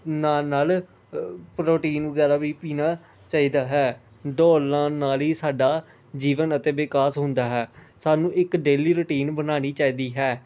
ਨਾਲ ਨਾਲ ਪ੍ਰੋਟੀਨ ਵਗੈਰਾ ਵੀ ਪੀਣਾ ਚਾਹੀਦਾ ਹੈ ਦੌੜ ਲਗਾਉਣ ਨਾਲ ਹੀ ਸਾਡਾ ਜੀਵਨ ਅਤੇ ਵਿਕਾਸ ਹੁੰਦਾ ਹੈ ਸਾਨੂੰ ਇੱਕ ਡੇਲੀ ਰੂਟੀਨ ਬਣਾਉਣੀ ਚਾਹੀਦੀ ਹੈ